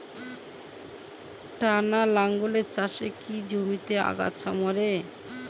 টানা লাঙ্গলের চাষে কি জমির আগাছা মরে?